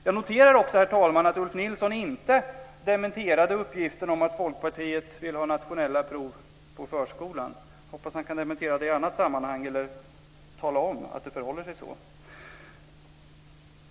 Jag noterar också, herr talman, att Ulf Nilsson inte dementerade uppgiften att Folkpartiet vill ha nationella prov i förskolan. Jag hoppas att han kan dementera det i annat sammanhang eller tala om att det förhåller sig så.